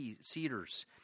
cedars